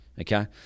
okay